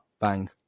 bang